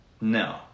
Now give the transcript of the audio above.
no